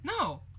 No